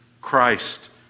Christ